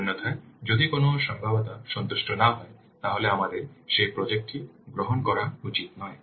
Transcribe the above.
অন্যথায় যদি কোন সম্ভাব্যতা সন্তুষ্ট না হয় তাহলে আমাদের সেই প্রজেক্ট টি গ্রহণ করা উচিত নয়